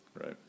right